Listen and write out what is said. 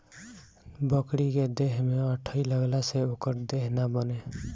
बकरी के देह में अठइ लगला से ओकर देह ना बने